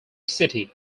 city